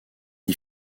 qui